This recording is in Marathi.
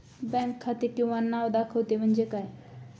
बँक खाते किंवा नाव दाखवते म्हणजे काय?